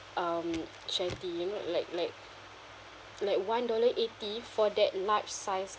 um Sharetea you know like like like one dollar eighty for that large size